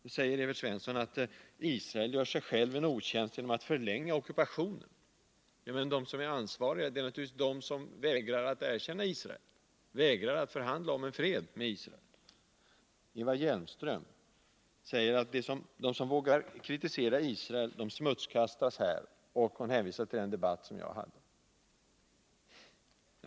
Evert Svensson säger att Israel gör sig självt en otjänst genom att förlänga ockupationen. Men ansvariga är naturligtvis de som vägrar att erkänna Israel, vägrar att förhandla om en fred med Israel. Eva Hjelmström säger att de som vågar kritisera Israel smutskastas här, och hon hänvisar till den debatt som jag hade.